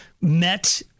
met